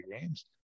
games